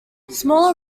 smaller